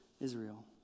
Israel